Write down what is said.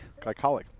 Glycolic